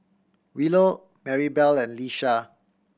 Willow Marybelle and Lisha